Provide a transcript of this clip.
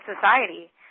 society